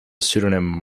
pseudonym